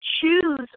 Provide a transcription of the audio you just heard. choose